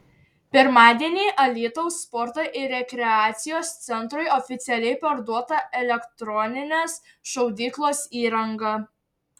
pirmadienį alytaus sporto ir rekreacijos centrui oficialiai perduota elektroninės šaudyklos įranga